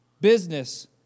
business